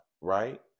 right